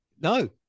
No